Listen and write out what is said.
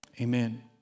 amen